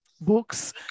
Books